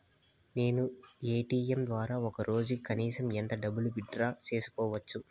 నేను ఎ.టి.ఎం ద్వారా ఒక రోజుకి కనీసం ఎంత డబ్బును విత్ డ్రా సేసుకోవచ్చు?